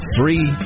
Three